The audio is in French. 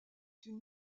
d’une